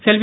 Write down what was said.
செல்வி